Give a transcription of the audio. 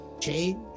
Change